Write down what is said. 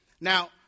Now